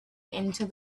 into